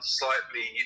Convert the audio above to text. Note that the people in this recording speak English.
slightly